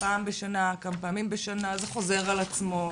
זה חוזר על עצמו,